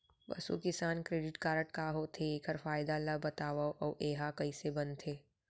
पसु किसान credit card का होथे, एखर फायदा ला बतावव अऊ एहा कइसे बनथे?